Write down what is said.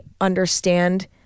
understand